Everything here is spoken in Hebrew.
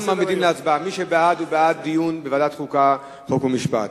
מי שבעד הוא בעד דיון בוועדת חוקה, חוק ומשפט.